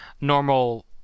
normal